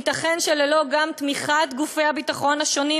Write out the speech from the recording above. וייתכן גם שללא תמיכת גופי הביטחון השונים,